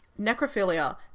Necrophilia